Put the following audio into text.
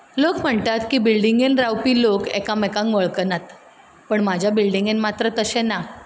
लोक म्हणटात की बिल्डिंगेंत रावपी लोक एकामेकांक वळखनात पूण म्हाज्या बिल्डिंगेंत मात्र तशें ना